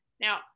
Now